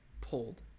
pulled